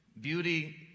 Beauty